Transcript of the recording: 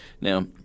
now